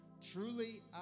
Truly